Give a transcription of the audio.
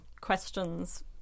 questions